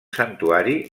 santuari